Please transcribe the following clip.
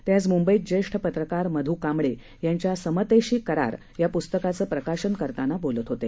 ते आज मुंबईत ज्येष्ठ पत्रकार मधु कांबळे यांच्या समतेशी करार या पुस्तकाचं प्रकाशन करताना बोलत होते